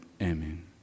Amen